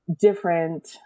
different